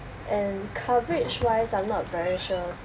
and coverage wise I'm not very sure also